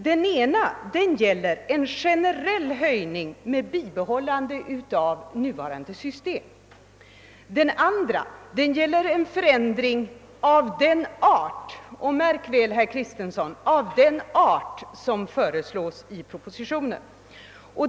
Den ena reservationen gäller en generell höjning vid bibehållandet av nuvarande system. Den andra reservationen gäller en förändring av den art för tobaksbeskattningen — märk väl herr Kristenson: den art — som föreslås i propositionen.